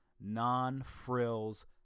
non-frills